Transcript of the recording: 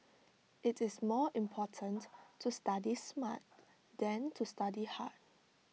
IT is more important to study smart than to study hard